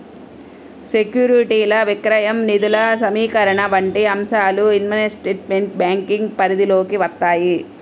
సెక్యూరిటీల విక్రయం, నిధుల సమీకరణ వంటి అంశాలు ఇన్వెస్ట్మెంట్ బ్యాంకింగ్ పరిధిలోకి వత్తాయి